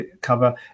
cover